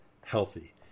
healthy